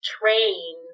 train